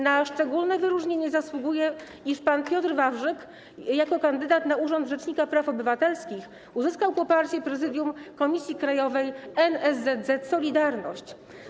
Na szczególne wyróżnienie zasługuje to, iż pan Piotr Wawrzyk jako kandydat na urząd rzecznika praw obywatelskich uzyskał poparcie Prezydium Komisji Krajowej NSZZ „Solidarność”